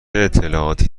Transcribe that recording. اطلاعاتی